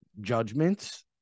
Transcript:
judgments